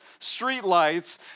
streetlights